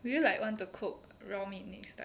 would you like want to cook raw meat next time